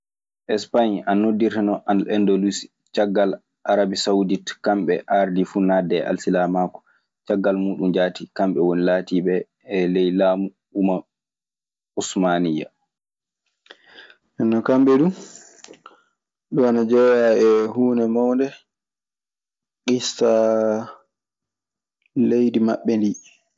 Espaŋe ana nodirteno ane hendolisi ciagal arabisaodite kamɓe ardi fu naɗe e alsilamakaku ciagal mudum jati kamɓe goni latiɓe, e ley lamu umaru usmaniya. Nden non kamɓe du, ɗun ana jeyaa e huunde mawnde issaa leydi maɓɓe ndii.